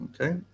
Okay